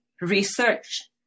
research